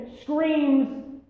screams